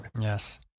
Yes